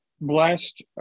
blessed